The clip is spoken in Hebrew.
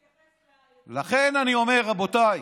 נדרשת להתייחס לייצוג, לכן, אני אומר: רבותיי,